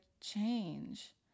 change